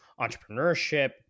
entrepreneurship